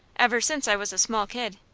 ever since i was a small kid.